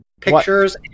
Pictures